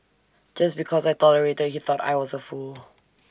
just because I tolerated he thought I was A fool